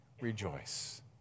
rejoice